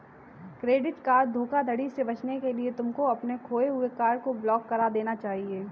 credit card धोखाधड़ी से बचने के लिए तुमको अपने खोए हुए कार्ड को ब्लॉक करा देना चाहिए